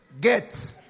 get